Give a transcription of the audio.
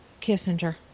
Kissinger